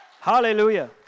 Hallelujah